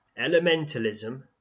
elementalism